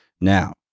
Now